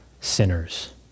sinners